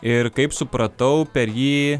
ir kaip supratau per jį